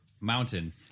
mountain